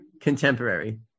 Contemporary